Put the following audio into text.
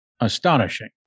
astonishing